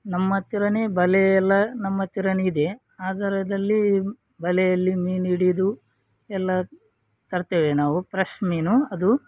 ನಮ್ಮ ಹತ್ತಿರನೇ ಬಲೆಯೆಲ್ಲ ನಮ್ಮ ಹತ್ತಿರನೇ ಇದೆ ಅದರದ್ರಲ್ಲಿ ಬಲೆಯಲ್ಲಿ ಮೀನು ಹಿಡಿದು ಎಲ್ಲ ತರ್ತೇವೆ ನಾವು ಪ್ರಶ್ ಮೀನು ಅದು